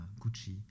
Gucci